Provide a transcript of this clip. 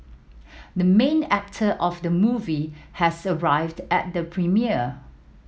the main actor of the movie has arrived at the premiere